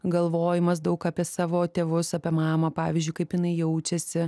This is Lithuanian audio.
galvojimas daug apie savo tėvus apie mamą pavyzdžiui kaip jinai jaučiasi